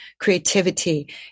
creativity